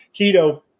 keto